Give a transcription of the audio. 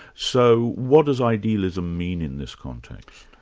so what does idealism mean in this context?